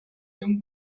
him